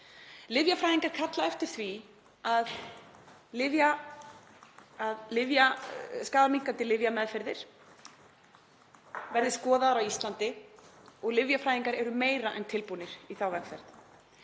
Lyfjafræðingar kalla eftir því að skaðaminnkandi lyfjameðferðir verði skoðaðar á Íslandi og lyfjafræðingar eru meira en tilbúnir í þá vegferð.